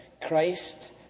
Christ